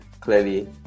clearly